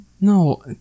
No